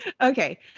Okay